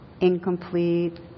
incomplete